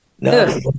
No